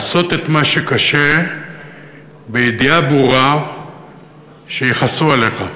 לעשות את מה שקשה בידיעה ברורה שיכעסו עליך".